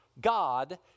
God